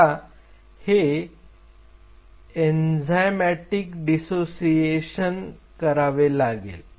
आता हे DRGs enzymatic dissociation करावे लागेल